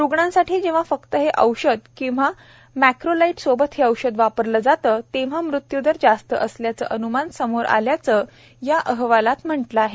रूग्णांसाठी जेव्हा फक्त हे औषध किंवा मॅक्रोलाइड सोबत हे औषध वापरलं जातं तेव्हा मृत्यू दर जास्त असल्याचं अन्मान समोर आल्याचं या अहवालात म्हटलं आहे